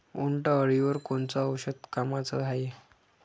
उंटअळीवर कोनचं औषध कामाचं हाये?